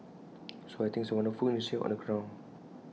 so I think it's A wonderful initiative on the ground